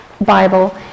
Bible